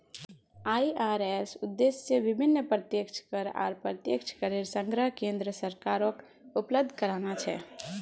IRS उद्देश्य विभिन्न प्रत्यक्ष कर आर अप्रत्यक्ष करेर संग्रह केन्द्र सरकारक उपलब्ध कराना छे